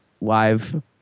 live